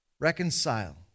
Reconcile